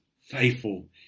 faithful